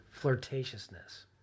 flirtatiousness